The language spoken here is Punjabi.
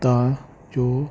ਤਾਂ ਜੋ